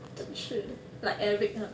真是的 like eric ah